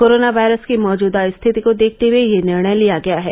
corona virus की मौजूदा स्थिति को देखते हुए यह निर्णय लिया गया है